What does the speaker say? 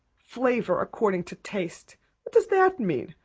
flavor according to taste what does that mean?